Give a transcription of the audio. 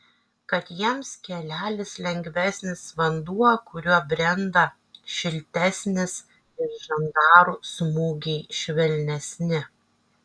kad jiems kelelis lengvesnis vanduo kuriuo brenda šiltesnis ir žandarų smūgiai švelnesni